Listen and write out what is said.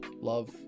love